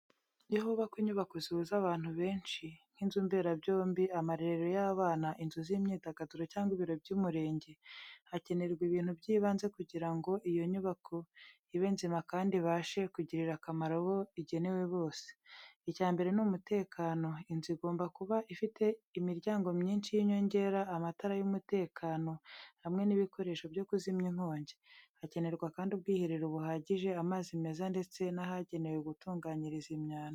Iyo hubakwa inyubako zihuza abantu benshi nk’inzu mberabyombi, amarerero y’abana, inzu z’imyidagaduro cyangwa ibiro by’umurenge, hakenerwa ibintu by’ibanze kugira ngo iyo nyubako ibe nzima kandi ibashe kugirira akamaro abo igenewe bose. Icya mbere ni umutekano, inzu igomba kuba ifite imiryango myinshi y’inyongera, amatara y’umutekano, hamwe n’ibikoresho byo kuzimya inkongi. Hakenerwa kandi ubwiherero buhagije, amazi meza, ndetse n’ahagenewe gutunganyiriza imyanda.